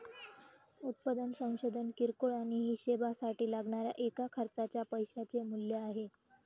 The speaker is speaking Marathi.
उत्पादन संशोधन किरकोळ आणि हीशेबासाठी लागणाऱ्या एका खर्चाच्या पैशाचे मूल्य आहे